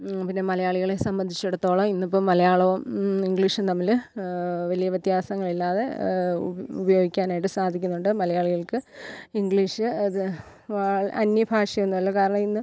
പിന്നെ മലയാളികളെ സംബന്ധിച്ചിടത്തോളം ഇന്നിപ്പോൾ മലയാളവും ഇംഗ്ലീഷും തമ്മിൽ വലിയ വ്യത്യാസങ്ങൾ ഇല്ലാതെ ഉപ് ഉപയോഗിക്കാനായിട്ടു സാധിക്കുന്നുണ്ട് മലയാളികൾക്ക് ഇംഗ്ലീഷ് അത് വാള അന്യഭാഷയൊന്നുമല്ല കാരണം ഇന്ന്